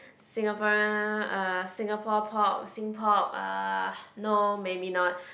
Singaporean uh Singapore pop Sing pop uh no maybe not